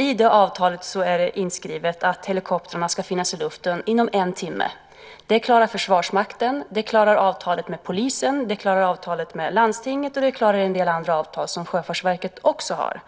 I det avtalet är det inskrivet att helikoptrarna ska finnas i luften inom en timme. Det klarar avtalet med Försvarsmakten, det klarar avtalet med polisen, det klarar avtalet med landstinget och det klarar en del andra avtal som Sjöfartsverket också har.